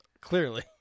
Clearly